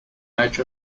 age